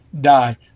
die